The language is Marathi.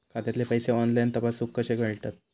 खात्यातले पैसे ऑनलाइन तपासुक कशे मेलतत?